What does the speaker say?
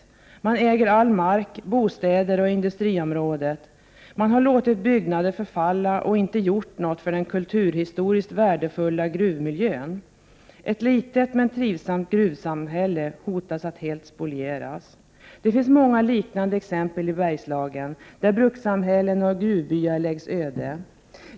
Företaget äger all mark samt bostäder och industriområdet. Det har låtit byggnader förfalla och inte gjort något för den kulturhistoriskt värdefulla gruvmiljön. Ett litet men trivsamt gruvsamhälle hotas att helt spolieras. Det finns många liknande exempel i Bergslagen där brukssamhällen och gruvbyar läggs öde.